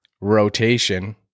rotation